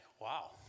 wow